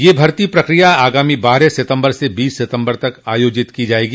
यह भर्ती प्रक्रिया आगामी बारह सितम्बर से बीस सितम्बर तक आयोजित की जायेगी